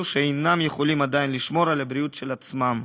שעדיין אינם יכולים לשמור על הבריאות שלהם בעצמם.